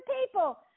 people